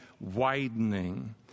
widening